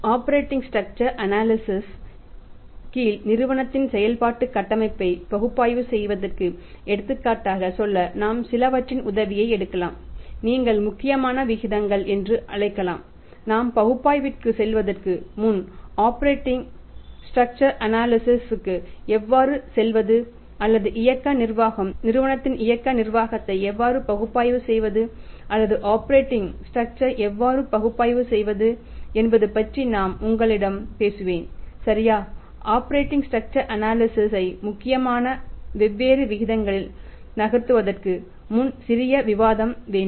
operating structure analysis ஐ முக்கியமான வெவ்வேறு விகிதங்களில் நகர்த்துவதற்கு முன் சிறிய விவாதம் வேண்டும்